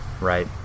Right